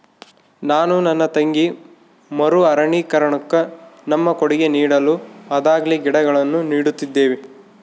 ನಾನು ನನ್ನ ತಂಗಿ ಮರು ಅರಣ್ಯೀಕರಣುಕ್ಕ ನಮ್ಮ ಕೊಡುಗೆ ನೀಡಲು ಆದಾಗೆಲ್ಲ ಗಿಡಗಳನ್ನು ನೀಡುತ್ತಿದ್ದೇವೆ